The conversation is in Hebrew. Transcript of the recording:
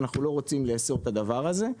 אנחנו לא רוצים לאסור את הדבר הזה.